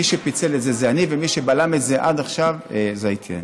מי שפיצל את זה הייתי אני,